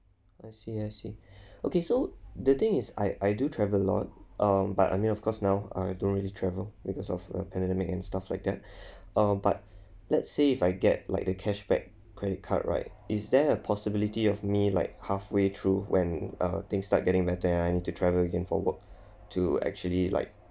I see I see okay so the thing is I I do travel a lot um but I mean of course now I don't really travel because of uh pandemic and stuff like that um but let's say if I get like the cashback credit card right is there a possibility of me like halfway through when thing start getting better and I need to travel again for work to actually like